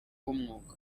b’umwuga